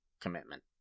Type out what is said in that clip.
commitment